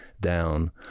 down